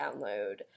download